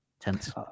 tense